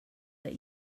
that